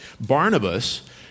Barnabas